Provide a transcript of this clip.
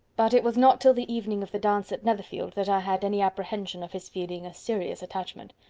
but it was not till the evening of the dance at netherfield that i had any apprehension of his feeling a serious attachment.